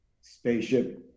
spaceship